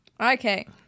Okay